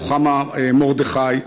רוחמה מרדכי,